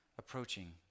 approaching